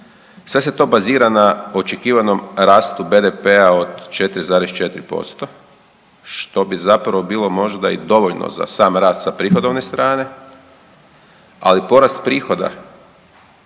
sve se to bazira na očekivanom rastu BDP-a od 4,4%, što bi zapravo bilo možda i dovoljno za sam rast sa prihodovne strane, ali porast prihoda